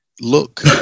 look